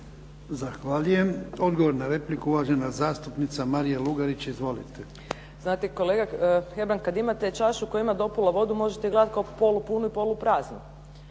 Zahvaljujem. Odgovor na repliku uvažena zastupnica Marija Lugarić. Izvolite. **Lugarić, Marija (SDP)** Znate, kolega Hebrang kad imate čašu koja ima do pola vodu možete je gledati kao polu punu i polu praznu.